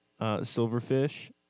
Silverfish